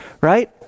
right